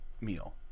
meal